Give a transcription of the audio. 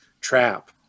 trap